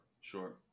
Sure